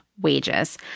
wages